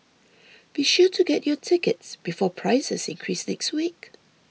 be sure to get your tickets before prices increase next week